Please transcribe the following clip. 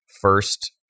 first